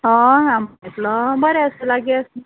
हय बरें आसा लागीं आसा